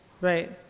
right